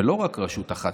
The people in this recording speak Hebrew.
ולא רק רשות אחת,